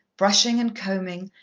brushing and combing,